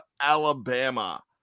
Alabama